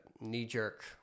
knee-jerk